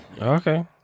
Okay